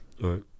Right